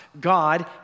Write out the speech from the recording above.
God